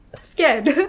scared